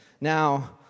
Now